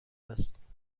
است